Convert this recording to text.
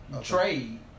Trade